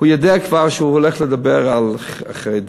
הוא יודע כבר שהוא הולך לדבר על חרדים,